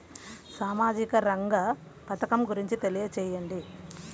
సామాజిక రంగ పథకం గురించి తెలియచేయండి?